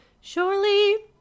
Surely